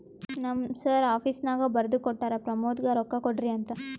ನಮ್ ಸರ್ ಆಫೀಸ್ನಾಗ್ ಬರ್ದು ಕೊಟ್ಟಾರ, ಪ್ರಮೋದ್ಗ ರೊಕ್ಕಾ ಕೊಡ್ರಿ ಅಂತ್